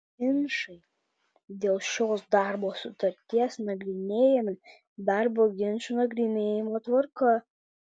ginčai dėl šios darbo sutarties nagrinėjami darbo ginčų nagrinėjimo tvarka